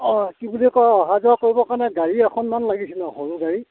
অঁ কি বুলি কয় অহা যোৱা কৰিবৰ কাৰণে গাড়ী এখনমান লাগিছিলে সৰু গাড়ী